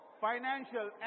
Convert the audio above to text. financial